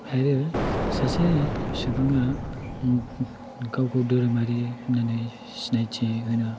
आरो सासे सुबुङा गावखौ धोरोमारि होननानै सिनायथि होनो